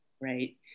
right